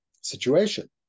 situation